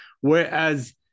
Whereas